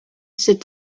sit